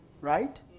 Right